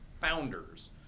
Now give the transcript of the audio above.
founders